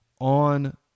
on